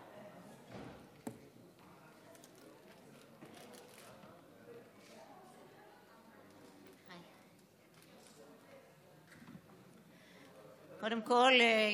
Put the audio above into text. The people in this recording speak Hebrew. קודם כול,